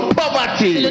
poverty